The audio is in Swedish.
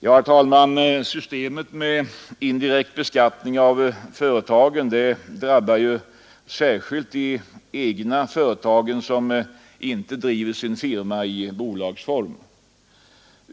Herr talman! Systemet med indirekt beskattning av företagen drabbar särskilt de egna företagare som inte driver sin firma i bolagsform.